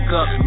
up